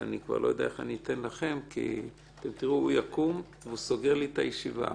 ואני לא יודע איך אני אתן לכם כי הוא יקום והוא סוגר לי את הישיבה.